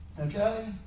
Okay